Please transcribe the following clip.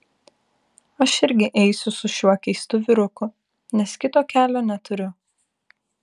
aš irgi eisiu su šiuo keistu vyruku nes kito kelio neturiu